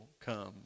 come